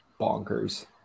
Bonkers